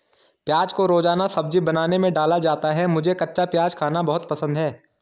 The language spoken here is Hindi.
प्याज को रोजाना सब्जी बनाने में डाला जाता है मुझे कच्चा प्याज खाना बहुत पसंद है